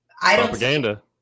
Propaganda